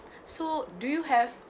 so do you have